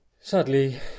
sadly